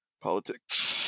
Politics